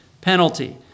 penalty